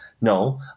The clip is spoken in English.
No